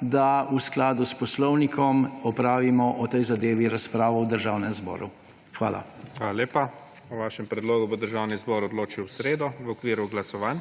da v skladu s poslovnikom opravimo o tej zadevi razpravo v Državnem zboru. Hvala. **PREDSEDNIK IGOR ZORČIČ:** Hvala lepa. O vašem predlogu bo Državni zbor odločal v sredo v okviru glasovanj.